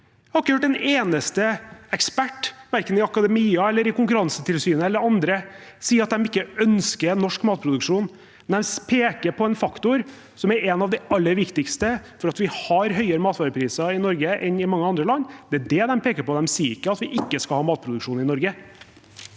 hørt en eneste ekspert, verken i akademia, i Konkurransetilsynet eller andre, si at de ikke ønsker norsk matproduksjon. Men de peker på en faktor som er en av de aller viktigste for at vi har høyere matvarepriser i Norge enn i mange andre land. Det er det de peker på – de sier ikke at vi ikke skal ha matproduksjon i Norge.